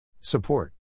Support